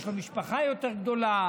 יש לו משפחה יותר גדולה.